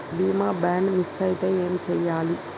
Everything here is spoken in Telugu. బీమా బాండ్ మిస్ అయితే ఏం చేయాలి?